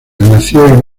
nació